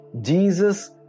Jesus